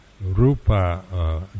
rupa